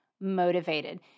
motivated